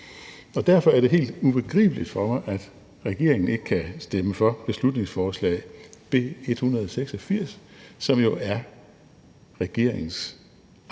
derfor er det helt ubegribeligt for mig, at regeringen ikke kan stemme for beslutningsforslag B 186, som jo er regeringens